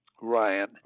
Ryan